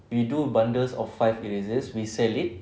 we do bundles of five erasers we sell it